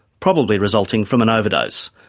probably resulting from an overdose.